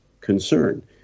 concern